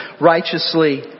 righteously